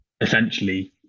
essentially